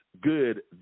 good